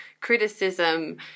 criticism